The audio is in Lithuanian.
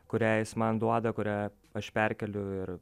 kurią jis man duoda kurią aš perkeliu ir